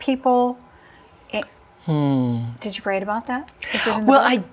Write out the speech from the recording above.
people did you great about that well i